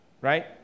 Right